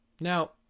Now